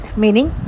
meaning